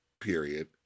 period